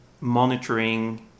monitoring